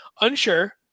Unsure